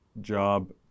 job